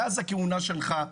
מאז הכהונה שלך,